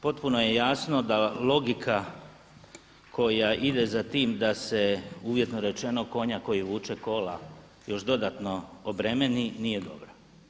Potpuno je jasno da logika koja ide za tim da se uvjetno rečeno konja koji vuče kola još dodatno obremeni nije dobra.